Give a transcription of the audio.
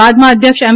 બાદમાં અધ્યક્ષ એમ